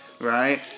Right